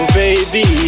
baby